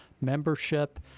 membership